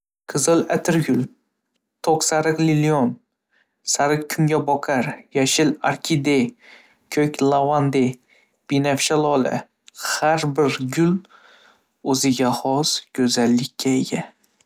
Qizil – atirgul, to‘q sariq – lilion, sariq – kungaboqar, yashil orkide, ko‘k – lavanda, binafsha – binafsha lola. Har bir gul o'ziga xos go'zallikka ega.